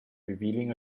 revealing